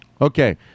Okay